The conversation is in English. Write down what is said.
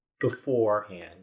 Beforehand